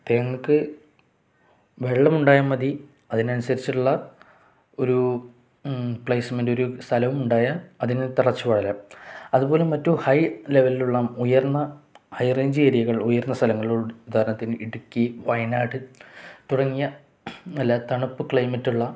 തെങ്ങുകൾക്ക് വെള്ളമുണ്ടായാൽ മതി അതിനനുസരിച്ചുള്ള ഒരു പ്ലേസ്മെൻറ് ഒരു സ്ഥലവും ഉണ്ടായാൽ അതിന് തഴച്ചു വളരാം അതുപോലെ മറ്റു ഹൈ ലെവലിലുള്ള ഉയർന്ന ഹൈ റേഞ്ച് ഏരിയകൾ ഉയർന്ന സ്ഥലങ്ങളിൽ ഉദാഹരണത്തിന് ഇടുക്കി വയനാട് തുടങ്ങിയ നല്ല തണുപ്പ് ക്ലൈമറ്റുള്ള